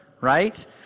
right